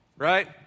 Right